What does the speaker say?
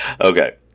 Okay